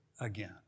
again